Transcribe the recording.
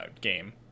game